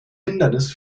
hindernis